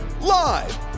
Live